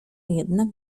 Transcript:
jednak